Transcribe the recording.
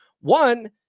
One